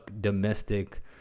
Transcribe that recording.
domestic